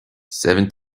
seven